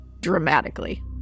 dramatically